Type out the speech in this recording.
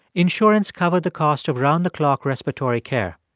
insurance covered the cost of round-the-clock respiratory care.